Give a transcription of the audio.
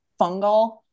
fungal